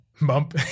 Bump